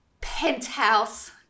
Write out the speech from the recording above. penthouse